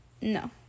no